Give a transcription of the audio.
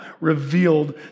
revealed